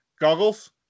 goggles